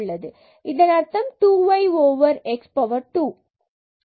இதன் அர்த்தம் 2 y x power 2 ஆகும்